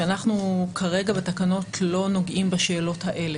שאנחנו כרגע בתקנות לא נוגעים בשאלות האלה.